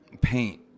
paint